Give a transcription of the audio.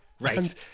Right